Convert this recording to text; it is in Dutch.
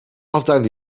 afdaling